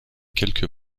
quelques